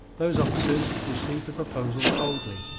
those officers received the proposal coldly.